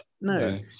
No